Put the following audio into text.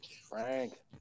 Frank